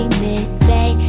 midday